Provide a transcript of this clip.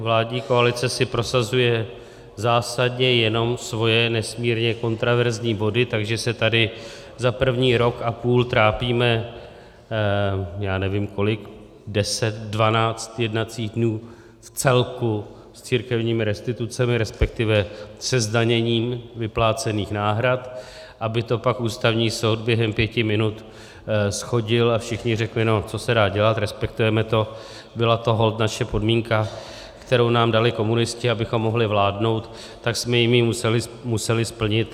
Vládní koalice si prosazuje zásadně jenom svoje nesmírně kontroverzní body, takže se tady za první rok a půl trápíme, já nevím kolik, deset, dvanáct jednacích dnů v celku, s církevními restitucemi, respektive se zdaněním vyplácených náhrad, aby to pak Ústavní soud během pěti minut shodil a všichni řekli no, co se dá dělat, respektujeme to, byla to holt naše podmínka, kterou nám dali komunisti, abychom mohli vládnout, tak jsme jim ji museli splnit.